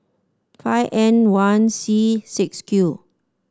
five N one C six Q